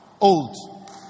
old